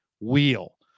wheel